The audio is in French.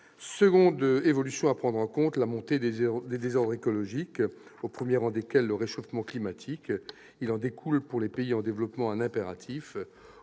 Deuxième évolution à prendre en compte, la montée des désordres écologiques, au premier rang desquels le réchauffement climatique. Il en découle, pour les pays en développement, un impératif